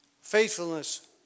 Faithfulness